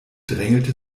drängelte